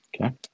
Okay